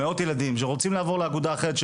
שרוצים לעבור לאגודה אחרת,